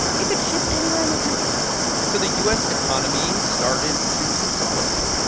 it could ship anywhere in the country and so the u s. economy started to consolidate.